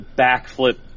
backflip